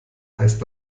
heißt